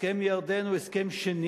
ההסכם עם ירדן הוא הסכם שני,